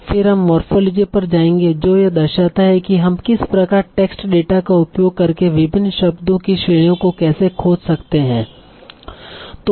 फिर हम मोर्फोलोगी पर जाएंगे जो यह दर्शाता है कि हम किस प्रकार टेक्स्टडेटा का उपयोग करके विभिन्न शब्दों की श्रेणियां को कैसे खोज कर सकते हे